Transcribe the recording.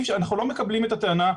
אנחנו לא מקבלים את הטענה,